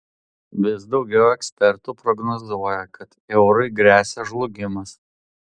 vis daugiau ekspertų prognozuoja kad eurui gresia žlugimas